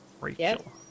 Rachel